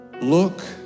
Look